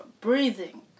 breathing